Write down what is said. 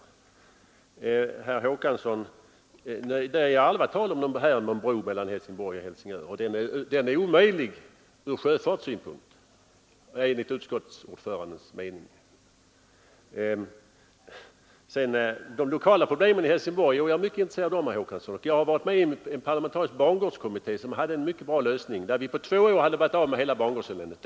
Till herr Håkansson vill jag säga att det aldrig i denna debatt har varit tal om någon bro mellan Helsingborg och Helsingör. Enligt utskottsordföranden är en sådan bro omöjlig ur sjöfartssynpunkt. Jag är mycket intresserad av de lokala problemen i Helsingborg, herr Håkansson. Jag är med i en parlamentarisk bangårdskommitté som fått fram en mycket bra lösning, enligt vilken vi på två år skulle ha varit av med hela bangårdseländet.